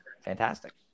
fantastic